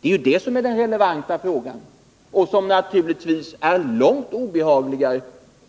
Det är det som är den relevanta frågan, och vad den gäller är naturligtvis långt obehagligare